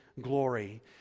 glory